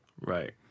Right